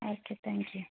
okay thank you